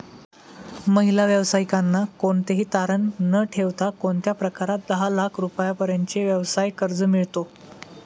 महिला व्यावसायिकांना कोणतेही तारण न ठेवता कोणत्या प्रकारात दहा लाख रुपयांपर्यंतचे व्यवसाय कर्ज मिळतो?